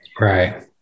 Right